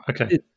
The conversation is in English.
okay